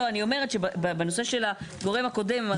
אני אומר שבנושא של הגורם הקודם,